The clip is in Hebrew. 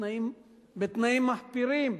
בתנאים מחפירים.